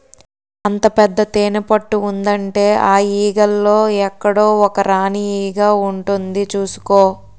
అంత పెద్ద తేనెపట్టు ఉందంటే ఆ ఈగల్లో ఎక్కడో ఒక రాణీ ఈగ ఉంటుంది చూసుకో